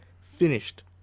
finished